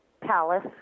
palace